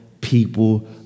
people